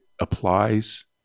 applies